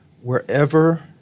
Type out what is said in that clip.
Wherever